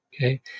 Okay